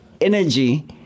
energy